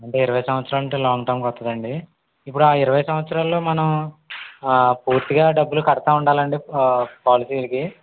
అంటే ఇరవై సంవత్సరాలంటే లాంగ్ టర్మ్కి వస్తుందా అండీ ఇప్పుడు ఆ ఇరవై సంవత్సరాల్లో మనం పూర్తిగా డబ్బులు కడుతూ ఉండాలా అండి పాలసీలకి